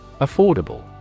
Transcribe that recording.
Affordable